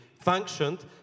functioned